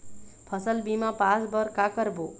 फसल बीमा पास बर का करबो?